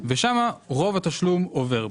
ושם רוב התשלום עובר.